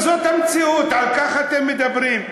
זאת המציאות, על כך אתם מדברים.